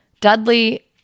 Dudley